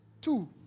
Two